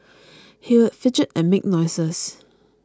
he would fidget and make noises